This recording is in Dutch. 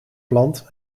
plant